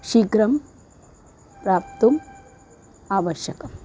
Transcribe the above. शीघ्रं प्राप्तुम् आवश्यकम्